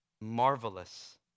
marvelous